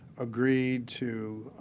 agreed to